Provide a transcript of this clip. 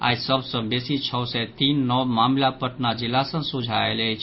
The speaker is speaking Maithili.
आइ सभ सँ बेसी छओ सय तीन नव मामिला पटना जिला सँ सोझा आयल अछि